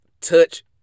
touch